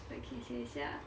okay 写一下